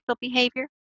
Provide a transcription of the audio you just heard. behavior